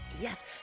Yes